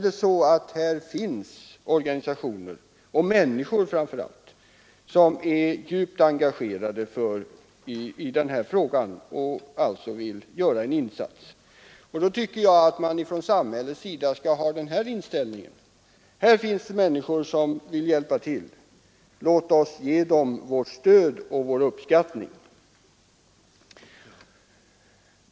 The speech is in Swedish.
Det finns organisationer — och framför allt människor — som är djupt engagerade i den här frågan och alltså vill göra en insats. Då tycker jag att man från samhällets sida skall ha denna inställning: Här finns det människor som vill hjälpa till, låt oss ge dem vårt stöd och vår uppskattning.